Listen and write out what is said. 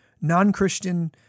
non-Christian